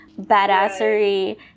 badassery